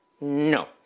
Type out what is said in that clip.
No